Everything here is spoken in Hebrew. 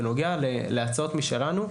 בנוגע להצעות משלנו,